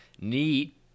neat